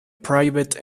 private